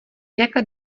jaká